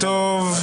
בוקר טוב.